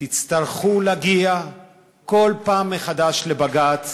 תצטרכו להגיע כל פעם מחדש לבג"ץ